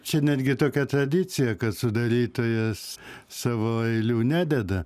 čia netgi tokia tradicija kad sudarytojas savo eilių nededa